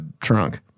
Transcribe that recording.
trunk